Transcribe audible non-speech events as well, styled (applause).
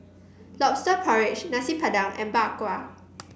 lobster (noise) porridge Nasi Padang and Bak Kwa